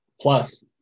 Plus